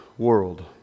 world